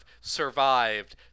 survived